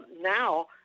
now